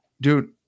dude